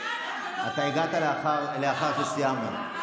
אתה הגעת לאחר שסיימנו.